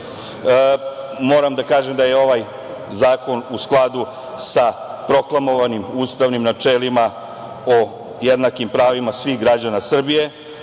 moram da kažem da je ovaj zakon u skladu sa proklamovanim ustavnim načelima o jednakim pravima svih građana Srbije,